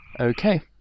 Okay